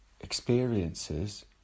experiences